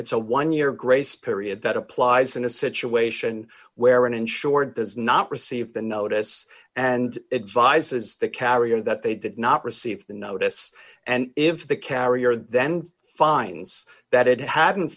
it's a one year grace period that applies in a situation where an insurer does not receive the notice and advises the carrier that they did not receive the notice and if the carrier then finds that it had